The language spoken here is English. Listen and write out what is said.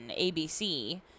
ABC